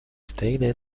stated